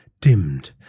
dimmed